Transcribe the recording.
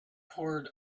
poured